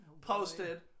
posted